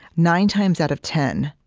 nine times out of ten,